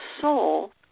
soul